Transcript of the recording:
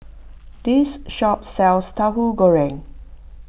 this shop sells Tahu Goreng